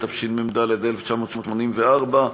התשמ"ד 1984,